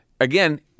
Again